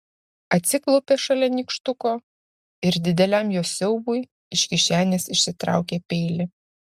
atsiklaupė šalia nykštuko ir dideliam jo siaubui iš kišenės išsitraukė peilį